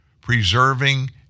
preserving